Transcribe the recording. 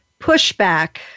pushback